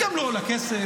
גם לא עולה כסף,